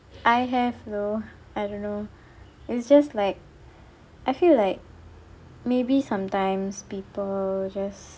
I have though I don't know it's just like I feel like maybe sometimes people just